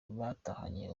batahanye